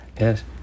yes